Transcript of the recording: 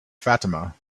fatima